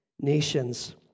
Nations